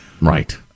Right